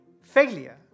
Failure